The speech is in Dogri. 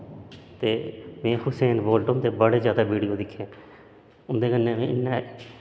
ते में हुसेन बोल्ट होंदे बड़े ज्यादा वीडियो दिक्खे उं'दे कन्नै में इन्ना